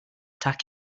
tack